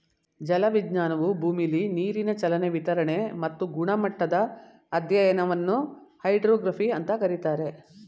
ಜಲವಿಜ್ಞಾನವು ಭೂಮಿಲಿ ನೀರಿನ ಚಲನೆ ವಿತರಣೆ ಮತ್ತು ಗುಣಮಟ್ಟದ ಅಧ್ಯಯನವನ್ನು ಹೈಡ್ರೋಗ್ರಫಿ ಅಂತ ಕರೀತಾರೆ